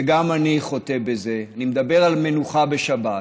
וגם אני חוטא בזה, אני מדבר על מנוחה בשבת,